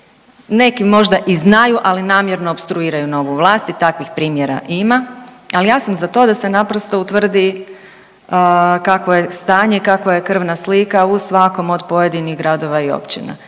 Neki možda i znaju, ali namjerno opstruiraju novu vlast i takvih primjera ima. Ali ja sam za to da se naprosto utvrdi kakvo je stanje, kakva je krvna slika u svakom od pojedinih gradova i općina.